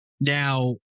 Now